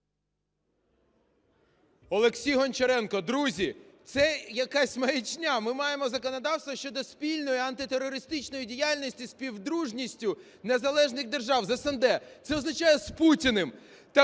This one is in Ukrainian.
Олексій Гончаренко. Друзі, це якась маячня, ми маємо законодавство щодо спільної антитерористичної діяльності зі Співдружністю Незалежних Держав, з СНД – це означає з Путіним.